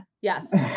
yes